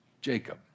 Jacob